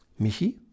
Michi